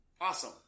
awesome